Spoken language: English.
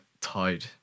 tied